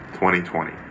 2020